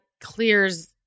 clears